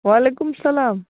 وعلیکُم سَلام